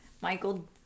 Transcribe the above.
Michael